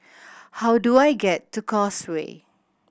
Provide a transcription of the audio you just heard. how do I get to Causeway